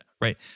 right